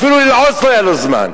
אפילו ללעוס לא היה לו זמן.